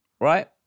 right